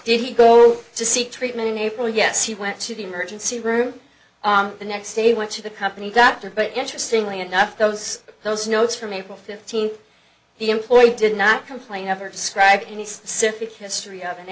did he go to seek treatment april yes he went to the emergency room the next day went to the company doctor but interestingly enough those those notes from april fifteenth he employed did not complain ever describe any specific history of an